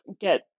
get